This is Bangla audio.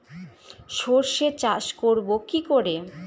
সর্ষে চাষ করব কি করে?